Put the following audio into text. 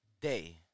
day